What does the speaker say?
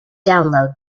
download